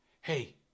Hey